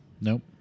Nope